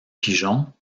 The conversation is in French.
pigeons